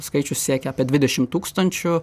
skaičius siekia apie dvidešim tūkstančių